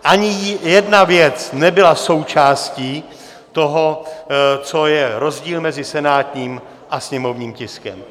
Ani jedna věc nebyla součástí toho, co je rozdíl mezi senátním a sněmovním tiskem.